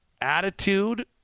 attitude